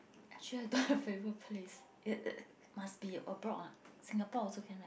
actually I don't have favourite place it it must be abroad ah Singapore also can right